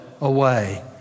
away